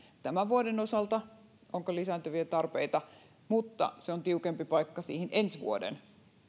tämän vuoden osalta onko lisääntyviä tarpeita mutta se on tiukempi paikka siihen ensi vuoden